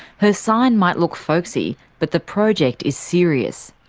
her sign might look folksy, but the project is serious.